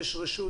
יש רשות,